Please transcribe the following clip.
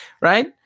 right